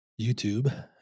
YouTube